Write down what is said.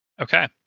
Okay